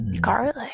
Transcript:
Garlic